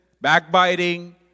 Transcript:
backbiting